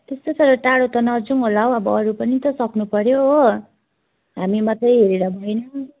त्यस्तो साह्रो टाढा त नजाऔँ होला हौ अब अरू पनि त सक्नु पऱ्यो हो हामी मात्रै हिँडेर भएन